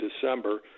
December